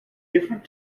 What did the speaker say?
different